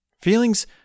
Feelings